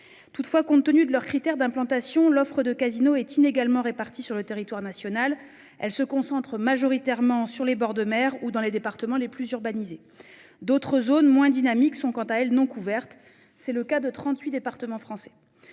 Toutefois, compte tenu de leurs critères d'implantation l'offre de Casino est inégalement répartis sur le territoire national. Elle se concentrent majoritairement sur les bords de mers ou dans les départements les plus urbanisés. D'autres zones moins dynamiques sont quant à elles non couvertes. C'est le cas de 38 départements français.